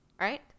right